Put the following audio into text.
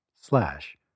slash